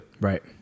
Right